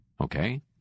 Okay